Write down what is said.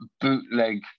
bootleg